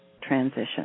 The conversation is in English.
transition